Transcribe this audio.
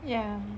yeah